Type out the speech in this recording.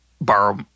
borrow